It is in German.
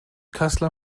kassler